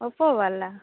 Oppo वाला